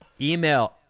Email